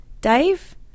Dave